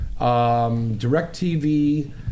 DirecTV